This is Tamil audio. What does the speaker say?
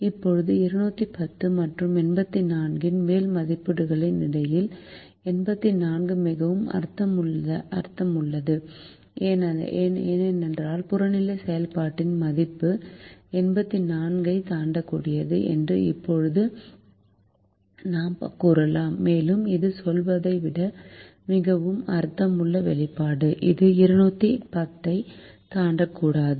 இப்போது 210 மற்றும் 84 இன் மேல் மதிப்பீடுகளுக்கு இடையில் 84 மிகவும் அர்த்தமுள்ளது ஏனென்றால் புறநிலை செயல்பாட்டின் மதிப்பு 84 ஐ தாண்டக்கூடாது என்று இப்போது நாம் கூறலாம் மேலும் இது சொல்வதை விட மிகவும் அர்த்தமுள்ள வெளிப்பாடு இது 210 ஐ தாண்டக்கூடாது